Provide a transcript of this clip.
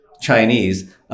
Chinese